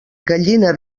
gallina